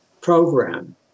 program